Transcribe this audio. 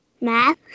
Math